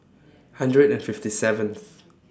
hundred and fifty seventh